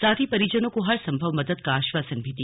साथ ही परिजनों को हर संभव मदद का आश्वासन दिया